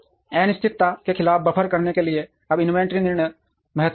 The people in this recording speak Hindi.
अनिश्चितता के खिलाफ बफर करने के लिए अब इन्वेंट्री निर्णय महत्वपूर्ण हैं